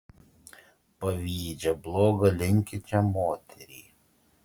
pavydžią bloga linkinčią moterį